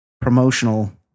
promotional